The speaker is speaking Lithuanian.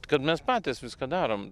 kad mes patys viską darom